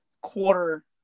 quarter